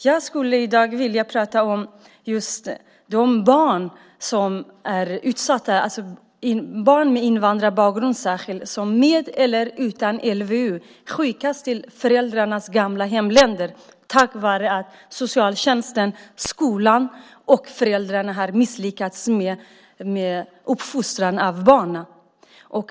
Jag skulle i dag vilja prata om just de barn som är utsatta, särskilt barn med invandrarbakgrund som med eller utan LVU skickas till föräldrarnas gamla hemländer på grund av att socialtjänsten, skolan och föräldrarna har misslyckats med uppfostran av barnen.